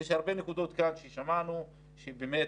יש הרבה נקודות ששמענו כאן,